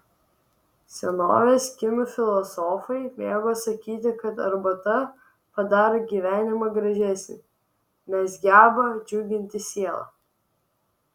senovės kinų filosofai mėgo sakyti kad arbata padaro gyvenimą gražesnį nes geba džiuginti sielą